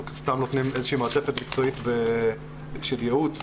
סתם נותנים איזושהי מעטפת מקצועית של ייעוץ,